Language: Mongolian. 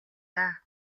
даа